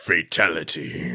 Fatality